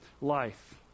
life